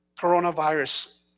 coronavirus